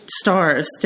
stars